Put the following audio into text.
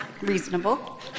reasonable